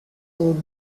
rule